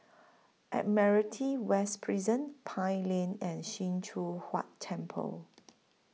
Admiralty West Prison Pine Lane and SIM Choon Huat Temple